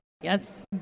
Yes